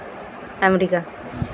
America